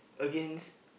against